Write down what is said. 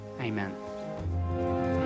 amen